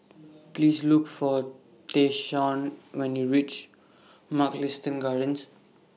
Please Look For Tayshaun when YOU REACH Mugliston Gardens